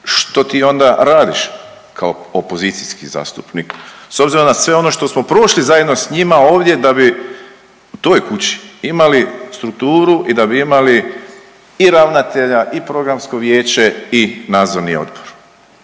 što ti onda radiš kao opozicijski zastupnik s obzirom na sve ono što smo prošli zajedno s njima ovdje da bi u toj kući imali strukturu i da bi imali i ravnatelja i Programsko vijeće i Nadzorni odbor.